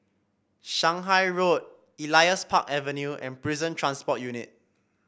Shanghai Road Elias Park Avenue and Prison Transport Unit